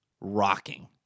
rocking